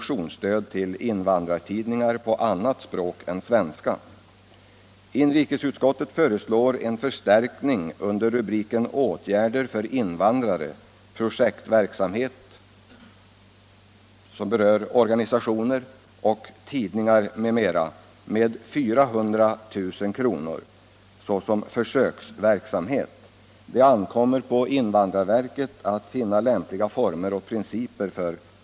Inrikesutskottet föreslår alltså bifall till den motionen.